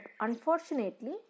unfortunately